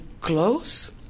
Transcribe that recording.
close